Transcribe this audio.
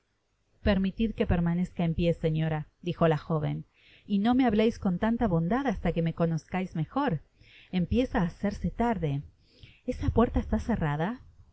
permitid que permanezca en pié señorita dijo la joven y no me hableis con tanta bondad hasta que me conozcáis mejor empieza á hacerse tarde esa puerta está cerrada